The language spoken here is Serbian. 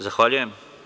Zahvaljujem.